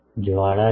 જ્વાળા છે